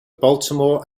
baltimore